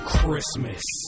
Christmas